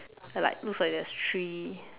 like looks like there's three